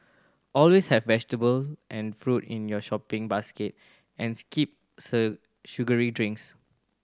always have vegetables and fruit in your shopping basket and skip sugary drinks